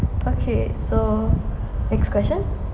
okay so next question